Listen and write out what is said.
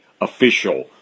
official